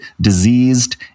diseased